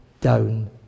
down